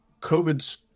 COVID's